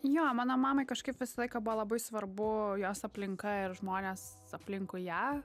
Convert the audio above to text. jo mano mamai kažkaip visą laiką buvo labai svarbu jos aplinka ir žmonės aplinkui ją